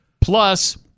Plus